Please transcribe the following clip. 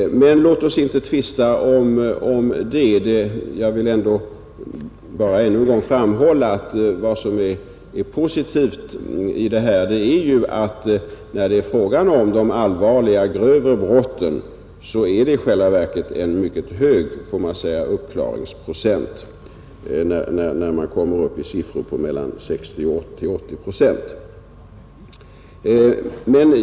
Men låt oss inte tvista om det. Jag vill bara än en gång framhålla att vad som är positivt i detta ju är att uppklaringsprocenten i fråga om de allvarliga grövre brotten i själva verket är, får man säga, mycket hög, när man kommer upp till siffror på mellan 60 och 80 procent.